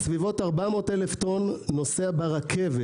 היום בסביבות 400,000 טון נוסע ברכבת